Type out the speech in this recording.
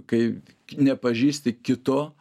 kai nepažįsti kito